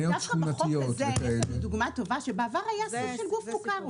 דווקא בחוק הזה יש דוגמה טובה שבעבר היה סוג של גוף מוכר.